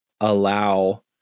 allow